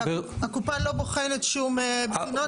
הקופה לא בוחנת שום בחינות?